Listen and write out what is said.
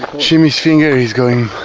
chimy's finger is going